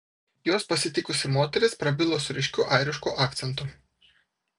juos pasitikusi moteris prabilo su ryškiu airišku akcentu